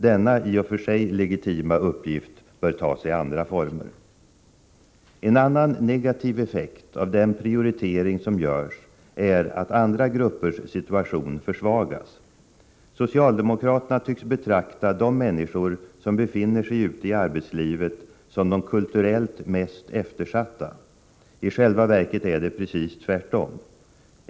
Denna i och för sig legitima uppgift bör ta sig andra former. En annan negativ effekt av den prioritering som görs är att andra gruppers situation försvagas. Socialdemokraterna tycks betrakta de människor som befinner sig ute i arbetslivet som de kulturellt mest eftersatta. I själva verket är det precis tvärtom.